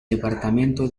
departamento